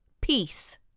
peace